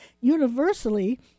universally